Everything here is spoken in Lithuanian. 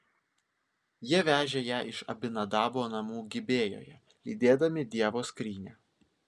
jie vežė ją iš abinadabo namų gibėjoje lydėdami dievo skrynią